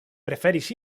preferis